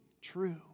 true